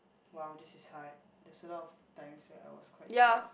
!wow! this is hard there's a lot of times where I was quite sad